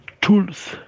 tools